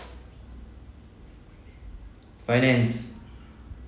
finance